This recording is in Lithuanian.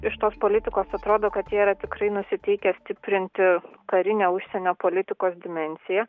iš tos politikos atrodo kad jie yra tikrai nusiteikę stiprinti karinę užsienio politikos dimensiją